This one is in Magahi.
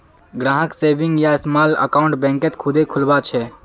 ग्राहक सेविंग या स्माल अकाउंट बैंकत खुदे खुलवा छे